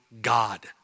God